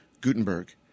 Gutenberg